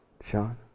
Sean